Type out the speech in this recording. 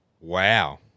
Wow